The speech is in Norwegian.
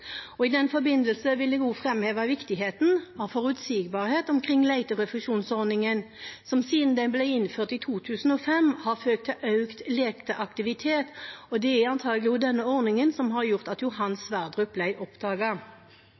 I den forbindelse vil jeg også framheve viktigheten av forutsigbarhet omkring leterefusjonsordningen, som siden den ble innført i 2005, har ført til økt leteaktivitet, og det er antakelig også denne ordningen som har gjort at Johan Sverdrup